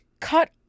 cut